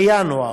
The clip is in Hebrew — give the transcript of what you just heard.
בינואר.